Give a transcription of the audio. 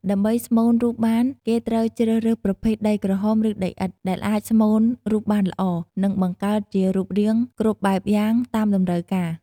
ដើម្បីស្មូនរូបបានគេត្រូវជ្រើសរើសប្រភេដដីក្រហមឬដីឥដ្ធដែលអាចស្មូនរូបបានល្អ និងបង្កើតជារូបរាងគ្រប់បែបយ៉ាងតាមតម្រូវការ។